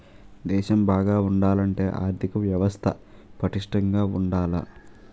దేశం బాగా ఉండాలంటే ఆర్దిక వ్యవస్థ పటిష్టంగా ఉండాల